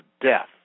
death